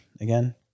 again